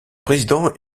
président